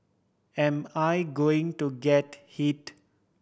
am I going to get hit